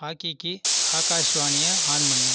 ஹாக்கிக்கு ஆகாஷ்வாணியை ஆன் பண்ணு